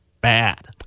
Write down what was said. bad